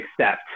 accept